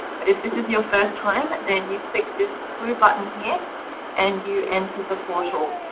but if this is your first time, then you click this blue button here and you enter the portal